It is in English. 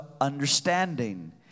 understanding